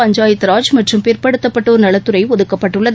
பஞ்சாயத்து ராஜ் மற்றம் பிற்படுத்தப்பட்டோர் நலத்துறை ஒதுக்கப்பட்டுள்ளது